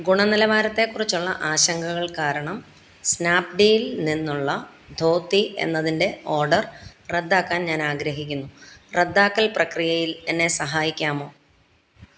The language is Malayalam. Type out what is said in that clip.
ഗുണനിലവാരത്തെ കുറിച്ചുള്ള ആശങ്കകൾ കാരണം സ്നാപ്ഡീൽ നിന്നുള്ള ധോത്തി എന്നതിൻ്റെ ഓർഡർ റദ്ദാക്കാൻ ഞാൻ ആഗ്രഹിക്കുന്നു റദ്ദാക്കൽ പ്രക്രിയയിൽ എന്നെ സഹായിക്കാമോ